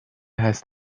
heißt